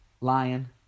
Lion